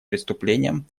преступлением